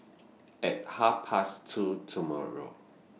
At Half Past two tomorrow